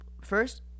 first